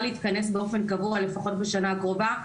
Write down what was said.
להתכנס באופן קבוע לפחות בשנה הקרובה,